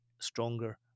stronger